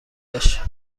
داشت